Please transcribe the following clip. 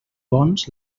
bons